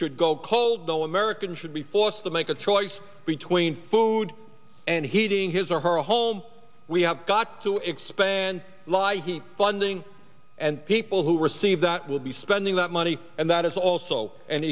should go cold no american should be forced to make a choice between food and heating his or her home we have got to expand lighty funding and people who receive that will be spending that money and that is also an